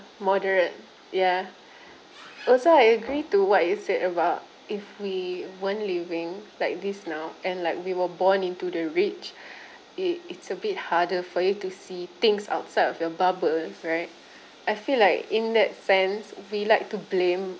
moderate ya also I agree to what you said about if we weren't living like this now and like we were born into the rich it it's a bit harder for you to see things outside of your bubble right I feel like in that sense we like to blame